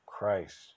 Christ